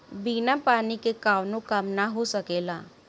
बिना पानी के कावनो काम ना हो सकेला